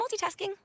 multitasking